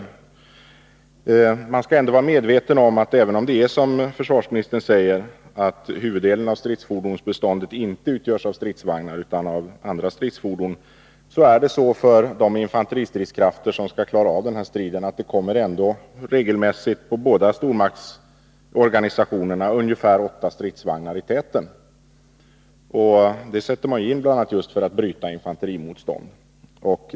Även om huvuddelen av stridsfordonsbeståndet, som försvarsministern säger, inte utgörs av stridsvagnar utan av andra stridsfordon, måste man vara medveten om att för de infanteristridskrafter som skall klara av den här striden kommer det regelmässigt på båda stormaktssidorna ungefär åtta stridsvagnar i täten. Dem sätter man in just för att bryta infanterimotstånd.